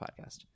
Podcast